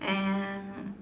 and